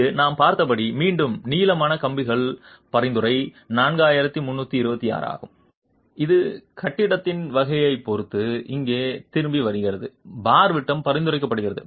இது நாம் பார்த்தபடி மீண்டும் நீளமான கம்பிகளின் பரிந்துரை 4326 ஆகும் இது கட்டிடத்தின் வகையைப் பொறுத்து இங்கு திரும்பி வருகிறது பார் விட்டம் பரிந்துரைக்கப்படுகிறது